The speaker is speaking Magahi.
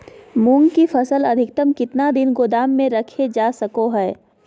मूंग की फसल अधिकतम कितना दिन गोदाम में रखे जा सको हय?